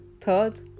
Third